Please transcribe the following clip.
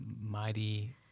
mighty